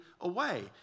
away